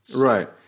right